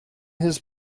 his